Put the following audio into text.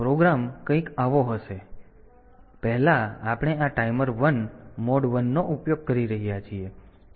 તેથી પ્રોગ્રામ કંઈક આવો હશે પહેલા આપણે આ ટાઈમર 1 મોડ 1 નો ઉપયોગ કરી રહ્યા છીએ